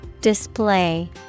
Display